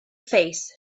face